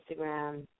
Instagram